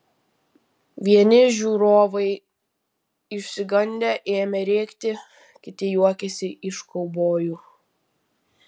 vieni žiūrovai išsigandę ėmė rėkti kiti juokėsi iš kaubojų